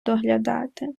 доглядати